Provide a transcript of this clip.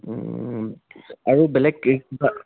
আৰু বেলেগ কি কিবা